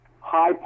high